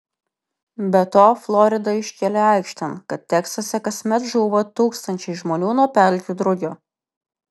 be to florida iškėlė aikštėn kad teksase kasmet žūva tūkstančiai žmonių nuo pelkių drugio